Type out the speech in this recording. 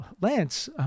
Lance